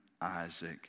Isaac